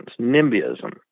nimbyism